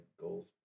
goals